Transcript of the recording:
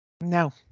No